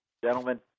Gentlemen